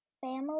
family